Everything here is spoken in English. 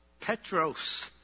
Petros